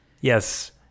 Yes